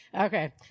Okay